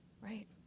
right